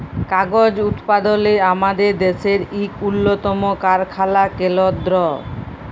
কাগজ উৎপাদলে আমাদের দ্যাশের ইক উল্লতম কারখালা কেলদ্র